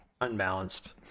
Unbalanced